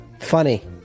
funny